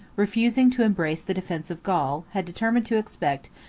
refusing to embrace the defence of gaul, had determined to expect,